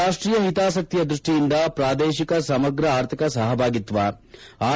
ರಾಷ್ಟೀಯ ಹಿತಾಸಕ್ತಿಯ ದ್ಬಷ್ಟಿಯಿಂದ ಪ್ರಾದೇಶಿಕ ಸಮಗ್ರ ಆರ್ಥಿಕ ಸಹಭಾಗಿತ್ವ ಆರ್